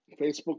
Facebook